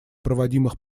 проводимых